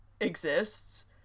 exists